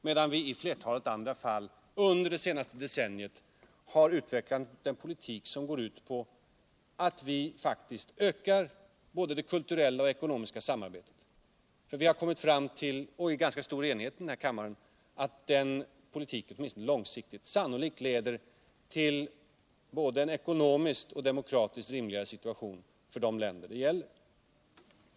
medan vi i flertalet andra fall under det senaste decenniet har utvecklat en politik som går ut på att vi faktiskt ökar både det kulturella och det ekonomiska samarbetet. Vi har, under ganska stor enighet, i denna kammare kommit fram till att den politiken åtminstone långsiktigt sannolikt leder till en både ekonomiskt och demokratiskt rimligare situation för de kinder det gäller.